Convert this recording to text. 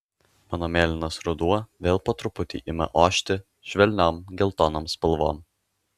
mano mėlynas ruduo vėl po truputį ima ošti švelniom geltonom spalvom